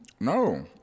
No